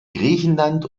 griechenland